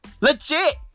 Legit